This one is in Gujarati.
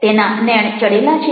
તેના નેણ ચડેલા છે